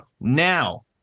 Now